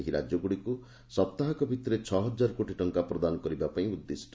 ଏହା ରାଜ୍ୟଗୁଡିକ୍ ସାପ୍ତାହ ଭିତିରେ ଛଅ ହଜାର କୋଟିଟଙ୍କା ପ୍ରଦାନ କରିବା ପାଇଁ ଉଦ୍ଦିଷ୍ଟ